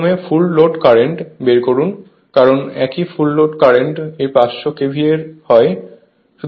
প্রথমে full load current বের করুন কারণ একেই ফুল লোড কারেন্ট 500KVA এর হয় রেফার টাইম 0942